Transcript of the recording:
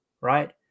right